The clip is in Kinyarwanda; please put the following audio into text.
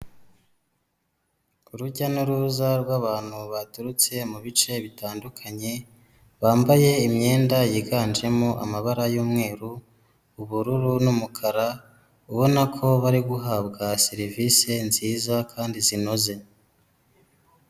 Urujya n'uruza rw'abantu baturutse mu bice bitandukanye, bambaye imyenda yiganjemo amabara y'umweru, ubururu n'umukara, ubona ko bari guhabwa serivisi nziza kandi zinoze.